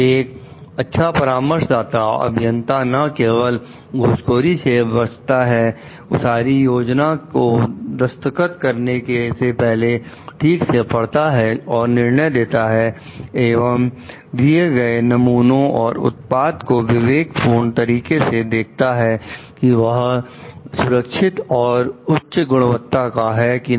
एक अच्छा परामर्शदाता अभियंता ना केवल घूसखोरी से बसता है सारी योजना को दस्तखत करने से पहले ठीक से पढ़ता है और निर्णय देता है एवं दिए गए नमूने और उत्पाद को विवेकपूर्ण तरीके से देखता है की वह सुरक्षित और उच्च गुणवत्ता का है कि नहीं